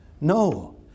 No